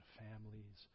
families